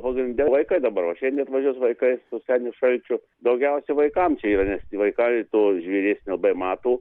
pagrinde vaikai dabar va šiandie atvažiuos vaikai su seniu šalčiu daugiausia vaikam čia yra nes vaikai to žvėries nelabai mato